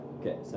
Okay